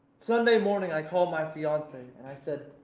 sunday morning i called my fiance, and i said,